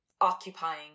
occupying